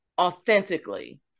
authentically